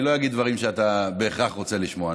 אני לא אגיד דברים שאתה בהכרח רוצה לשמוע,